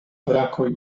brakoj